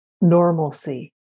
normalcy